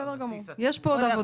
בסדר גמור, יש פה עוד עבודה.